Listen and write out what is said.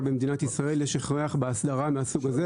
במדינת ישראל יש הכרח בהסדרה מהסוג הזה,